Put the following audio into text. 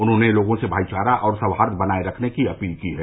उन्होंने लोगों से भाईचारा और सौहाई बनाये रखने की अपील की है